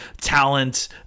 talent